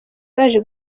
baje